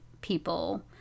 people